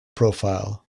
profile